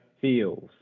feels